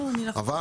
אבל,